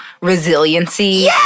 resiliency